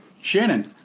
Shannon